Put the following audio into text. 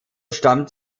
stammt